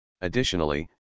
Additionally